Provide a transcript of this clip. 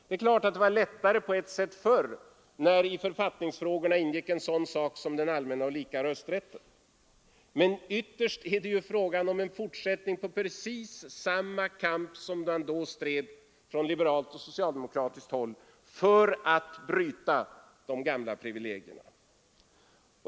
Det är klart att det var lättare på ett sätt förr, när i författningsfrågorna ingick en sådan sak som den allmänna och lika rösträtten, men ytterst är det ju fråga om en fortsättning på precis samma kamp som man då stred från liberalt och socialdemokratiskt håll för att bryta de gamla privilegierna.